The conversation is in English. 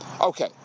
Okay